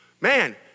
Man